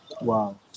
Wow